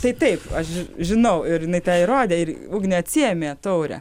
tai taip aš žinau ir jinai tą įrodė ir ugnė atsiėmė taurę